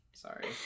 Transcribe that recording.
Sorry